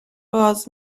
باز